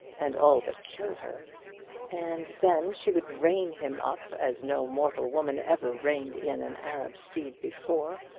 and all but kill her and then she would rein him up as no mortal woman ever reined in an arab steed before,